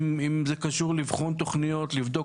אם זה קשור לאבחון תכניות לבדוק